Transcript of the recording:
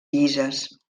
llises